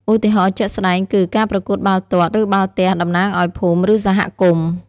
ឧទាហរណ៍ជាក់ស្តែងគឺ ការប្រកួតបាល់ទាត់ ឬបាល់ទះតំណាងឲ្យភូមិ ឬសហគមន៍។